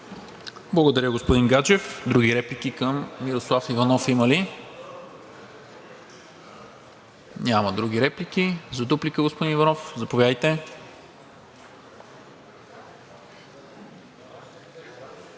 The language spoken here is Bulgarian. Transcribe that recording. Благодаря, господин Гаджев. Други реплики към Мирослав Иванов има ли? Няма. За дуплика, господин Иванов, заповядайте.